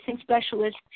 specialist